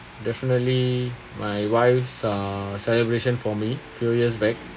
definitely my wife's uh celebration for me few years back